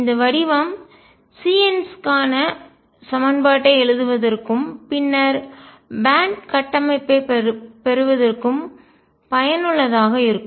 இந்த வடிவம் Cns க்கான சமன்பாட்டை எழுதுவதற்கும் பின்னர் பேன்ட் பட்டை கட்டமைப்பைப் பெறுவதற்கும் பயனுள்ளதாக இருக்கும்